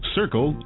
Circle